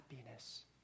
happiness